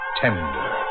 tender